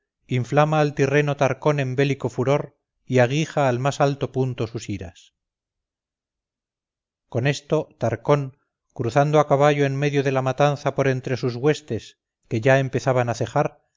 inflama al tirreno tarcón en bélico furor y aguija al más alto punto sus iras con esto tarcón cruzando a caballo en medio de la matanza por entre sus huestes que ya empezaban a cejar